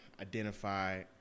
identify